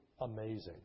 amazing